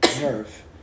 nerve